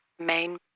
main